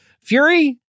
Fury